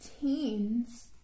teens